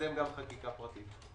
נקדם גם חקיקה פרטית.